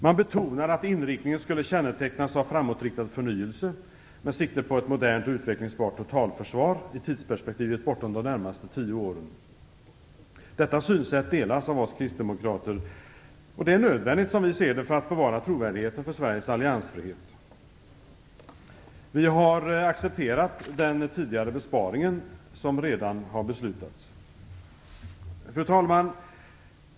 Man betonade att inriktningen skulle kännetecknas av framåtriktad förnyelse med sikte på ett modernt och utvecklingsbart totalförsvar i tidsperspektivet bortom de närmaste tio åren. Detta synsätt delas av oss kristdemokrater och är nödvändigt som vi ser det för att bevara trovärdigheten för Sveriges alliansfrihet. Vi har accepterat den tidigare besparingen, som redan har beslutats. Fru talman!